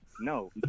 No